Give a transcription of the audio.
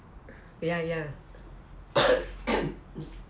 ya ya